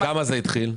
מכמה זה התחיל?